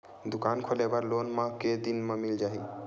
दुकान खोले बर लोन मा के दिन मा मिल जाही?